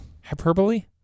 hyperbole